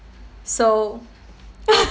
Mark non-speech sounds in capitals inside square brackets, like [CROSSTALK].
so [LAUGHS]